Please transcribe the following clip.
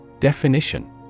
Definition